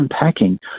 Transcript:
unpacking